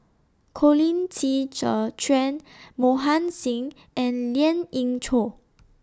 Colin Qi Zhe Quan Mohan Singh and Lien Ying Chow